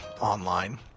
online